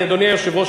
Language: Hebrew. אדוני היושב-ראש,